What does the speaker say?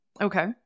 Okay